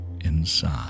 inside